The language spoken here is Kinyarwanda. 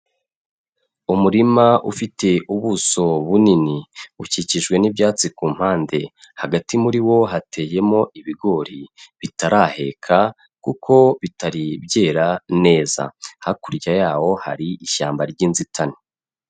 Umurima ufite ubuso bunini, ukikijwe n'ibyatsi ku mpande, hagati muri wo hateyemo ibigori bitaraheka kuko bitari byera neza, hakurya yawo hari ishyamba ry'inzitane.